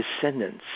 descendants